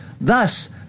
Thus